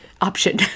option